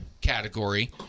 category